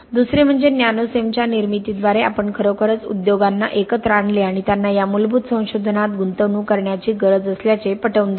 दुसरे म्हणजे नॅनोसेमच्या निर्मितीद्वारे आपण खरोखरच उद्योगांना एकत्र आणले आणि त्यांना या मूलभूत संशोधनात गुंतवणूक करण्याची गरज असल्याचे पटवून दिले